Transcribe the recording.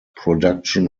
production